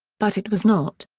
but it was not.